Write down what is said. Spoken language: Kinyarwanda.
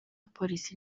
polisi